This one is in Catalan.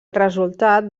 resultat